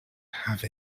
have